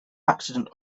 accident